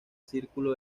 círculo